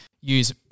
use